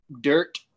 dirt